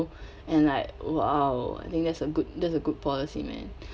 and like !wow! I think that's a good that's a good policy man